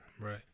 right